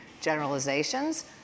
generalizations